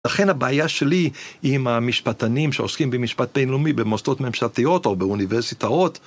לכן הבעיה שלי עם המשפטנים שעוסקים במשפט בינלאומי במוסדות ממשלתיות או באוניברסיטאות